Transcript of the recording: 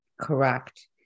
Correct